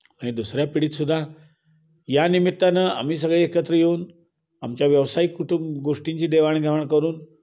आणि दुसऱ्या पिढीतसुद्धा यानिमित्तानं आम्ही सगळे एकत्र येऊन आमच्या व्यावसायिक कुटुंब गोष्टींची देवाणघेवाण करून